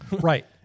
Right